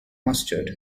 mustard